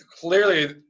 Clearly